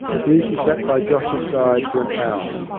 here she sat by josh's side for an hour.